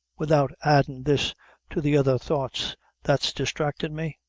without addin' this to the other thoughts that's distractin' me?